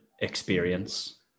experience